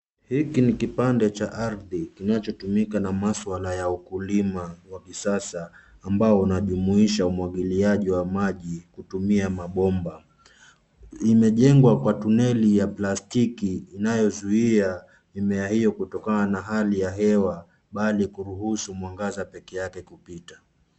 Hiki ni kipande cha arhdi kinachotumika na masuala ya ukulima wa kisasa ambao unajumuisha umwagiliaji wa maji kutumia mabomba. Imejengwa kwa tuneli ya plastiki inayozuia mimea hiyo kutokana na hali ya hewa bali kuruhusu mwangaza peke yake kupita.